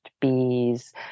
bees